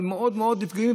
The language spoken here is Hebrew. אבל הם מאוד מאוד נפגעו,